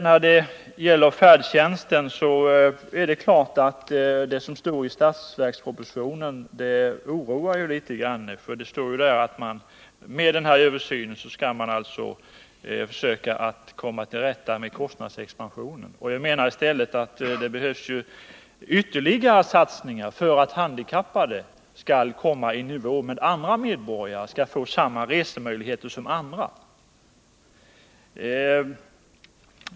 När det gäller färdtjänsten är det klart att det som står i budgetpropositionen oroar. Det står ju där att genom denna översyn skall man försöka komma till rätta med kostnadsexpansionen. Jag menar i stället att det behövs ytterligare satsningar för att handikappade skall komma i nivå med andra medborgare och få samma resemöjligheter som dessa.